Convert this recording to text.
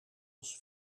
als